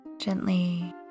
Gently